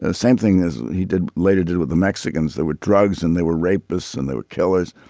ah same thing as he did later did with the mexicans that were drugs and they were rapists and they were killers.